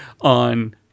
on